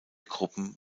gruppen